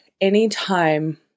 anytime